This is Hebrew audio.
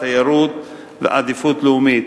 תיירות בעדיפות לאומית.